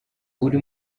uri